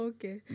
Okay